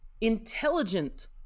intelligent